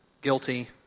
guilty